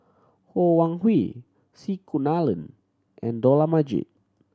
Ho Wan Hui C Kunalan and Dollah Majid